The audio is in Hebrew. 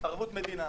ערבות מדינה.